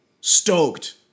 stoked